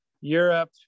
europe